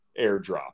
airdrop